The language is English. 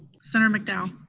senator mcdowell?